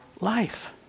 life